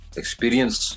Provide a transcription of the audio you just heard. experience